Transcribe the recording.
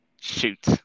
Shoot